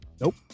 nope